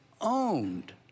owned